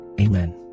Amen